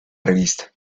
revista